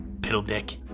piddledick